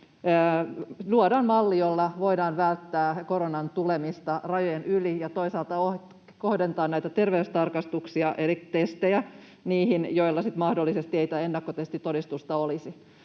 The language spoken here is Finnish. luodaan malli, jolla voidaan välttää koronan tulemista rajojen yli ja toisaalta kohdentaa näitä terveystarkastuksia eli testejä niihin, joilla sitten mahdollisesti ei tätä ennakkotestitodistusta olisi.